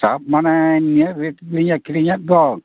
ᱥᱟᱵᱽ ᱢᱟᱱᱮ ᱱᱤᱱᱟᱹᱜ ᱨᱮᱴ ᱛᱤᱧ ᱟᱹᱠᱷᱨᱤᱧ ᱮᱫ ᱫᱚ